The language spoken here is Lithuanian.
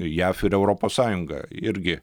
jav ir europos sąjunga irgi